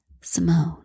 Simone